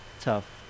tough